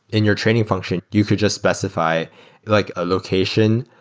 in your training function, you could just specify like a location,